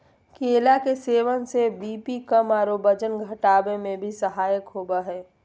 केला के सेवन से बी.पी कम आरो वजन घटावे में भी सहायक होबा हइ